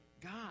God